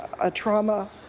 a trauma,